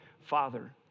father